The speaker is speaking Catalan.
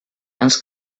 ens